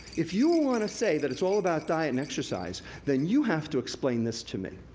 if you wanna say that it's all about diet and exercise, then you have to explain this to me.